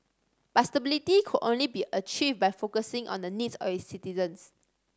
but stability could only be achieved by focusing on the needs of its citizens